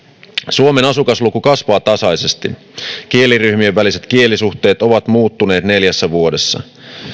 suomen asukasluku kasvaa tasaisesti kieliryhmien väliset kielisuhteet ovat muuttuneet neljässä vuodessa